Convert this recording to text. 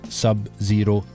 sub-zero